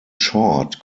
short